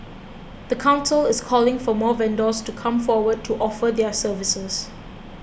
the council is calling for more vendors to come forward to offer their services